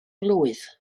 blwydd